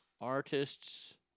Artists